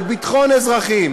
על ביטחון אזרחים